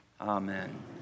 amen